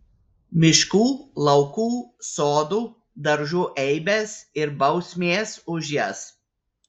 miškų laukų sodų daržų eibės ir bausmės už jas